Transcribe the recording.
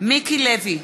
מיקי לוי,